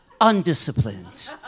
undisciplined